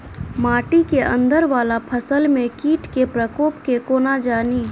माटि केँ अंदर वला फसल मे कीट केँ प्रकोप केँ कोना जानि?